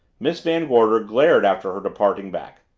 miss van gorder glared after her departing back.